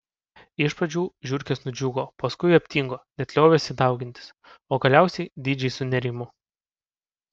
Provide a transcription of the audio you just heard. iš pradžių žiurkės nudžiugo paskui aptingo net liovėsi daugintis o galiausiai didžiai sunerimo